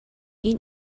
این